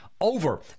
over